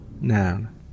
Noun